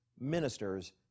ministers